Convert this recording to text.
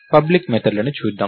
public మెథడ్లను చూద్దాం